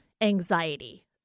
anxiety